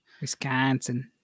Wisconsin